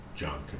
Junk